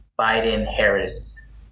Biden-Harris